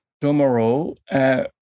tomorrow